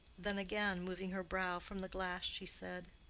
then, again moving her brow from the glass, she said,